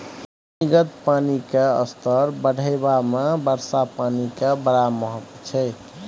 भूमिगत पानि केर स्तर बढ़ेबामे वर्षा पानि केर बड़ महत्त्व छै